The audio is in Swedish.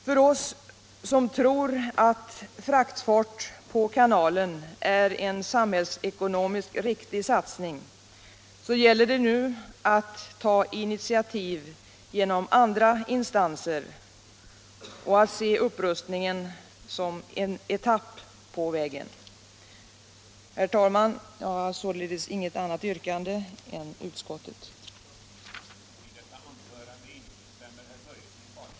För oss som tror att fraktfart på kanalen är en samhällsekonomiskt riktig satsning gäller det nu att ta initiativ genom andra instanser och att se upprustningen som en etapp på vägen. Herr talman! Jag har inget annat yrkande än bifall till utskottets hemställan.